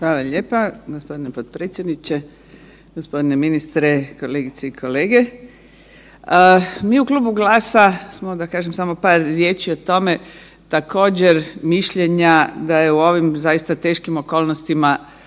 Hvala lijepa. Gospodine potpredsjedniče, gospodine ministre, kolegice i kolege. Mi u klubu GLAS-a samo da kažem par riječi o tome, također mišljenja da je u ovim zaista teškim okolnostima